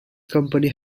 company